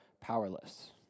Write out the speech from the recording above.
powerless